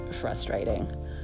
frustrating